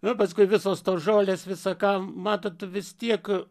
nu paskui visos tos žolės visa ką matot vis tiek